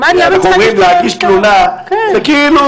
כשאנחנו אמורים להגיש תלונה זה כאילו